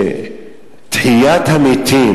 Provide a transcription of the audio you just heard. תחיית המתים,